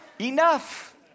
Enough